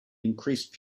increased